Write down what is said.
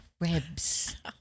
ribs